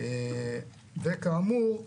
כאמור,